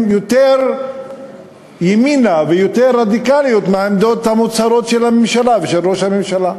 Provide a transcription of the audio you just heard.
יותר ימניות ויותר רדיקליות מהעמדות המוצהרות של הממשלה ושל ראש הממשלה.